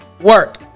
work